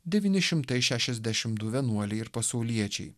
devyni šimtai šešiasdešim du vienuoliai ir pasauliečiai